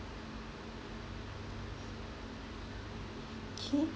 okay